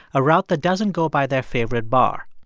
a route that doesn't go by their favorite bar.